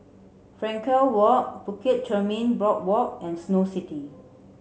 Frankel Walk Bukit Chermin Boardwalk and Snow City